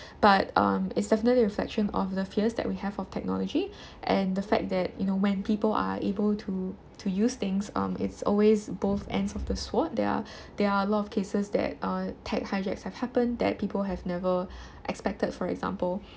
but um it's definitely a reflection of the fears that we have of technology and the fact that you know when people are able to to use things um it's always both ends of the sword there are there are a lot of cases that uh tech hijacks have happen that people have never expected for example